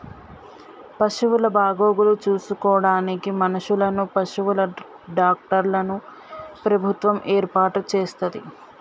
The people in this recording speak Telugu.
పశువుల బాగోగులు చూసుకోడానికి మనుషులను, పశువుల డాక్టర్లను ప్రభుత్వం ఏర్పాటు చేస్తది